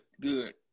Good